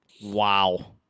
Wow